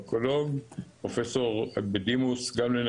והמקור התקציבי יכול לבוא מהתעשייה,